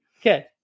Okay